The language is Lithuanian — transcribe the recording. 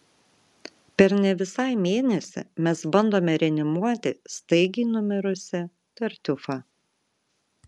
per ne visą mėnesį mes bandome reanimuoti staigiai numirusį tartiufą